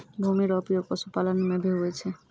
भूमि रो उपयोग पशुपालन मे भी हुवै छै